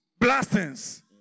blastings